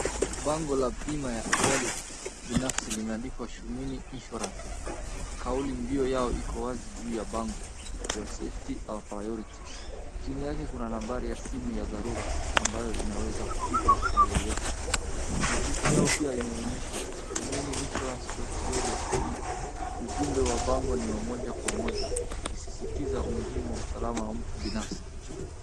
Bango la bima ya ajali binafsi limeandikwa shumin Insurance, kauli mbio yao iko wazi juu ya bango your safety our priority .Chini yake Kuna nambari ya simu ya dharura ambayo inaeza kupigwa saa yoyote. Tofuti yao pia imeonyeshwa shuminiinsuarance.co.ke, ujumbe wa bango ni wa moja kwa moja ukisisitiza umuhimu Wa usalama wa mtu binafsi.